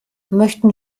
möchten